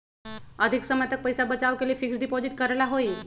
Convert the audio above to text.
अधिक समय तक पईसा बचाव के लिए फिक्स डिपॉजिट करेला होयई?